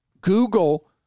Google